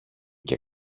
και